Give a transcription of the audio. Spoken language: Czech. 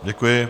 Děkuji.